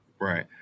right